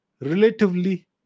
relatively